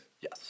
Yes